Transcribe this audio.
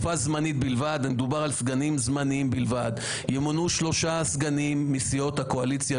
ומדובר על סגנים זמניים בלבד: ימונו שלושה מסיעות הקואליציה,